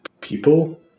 people